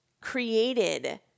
created